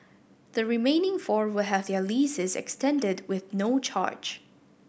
the remaining four will have their leases extended with no charge